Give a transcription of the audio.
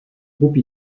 groupe